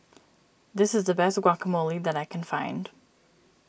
this is the best Guacamole that I can find